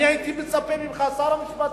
הייתי מצפה ממך, שר המשפטים,